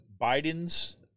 Biden's